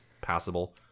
passable